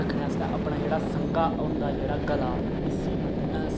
रक्खने आस्तै अपना जेह्ड़ा संघा होंदा जेह्ड़ा गला इसी